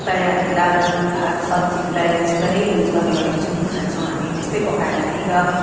प्रायः हामी दाल भात सब्जी प्रायः त्यस्तो नै युज गर्ने गरेको छौँ खान्छौँ हामी त्यस्तै पकाएर नै र